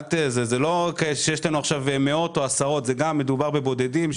זה לא שיש לנו מאות או עשרות מדובר בבודדים,